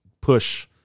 push